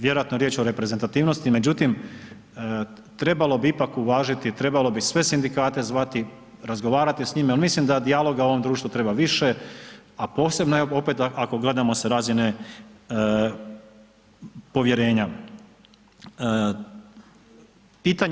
Vjerojatno je riječ o reprezentativnosti, međutim, trebalo bi ipak uvažiti, trebalo bi sve sindikate zvati, razgovarati s njima jer mislim da dijaloga u ovom društvu treba više, a posebno opet ako gledamo sa razine povjerenja.